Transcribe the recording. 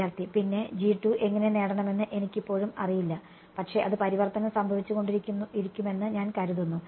വിദ്യാർത്ഥി പിന്നെ എങ്ങനെ നേടണമെന്ന് എനിക്കിപ്പോഴും അറിയില്ല പക്ഷേ അത് പരിവർത്തനം സംഭവിച്ച് കൊണ്ടിരിക്കുമെന്ന് ഞാൻ കരുതുന്നു